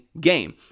game